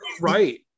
Right